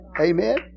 Amen